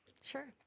Sure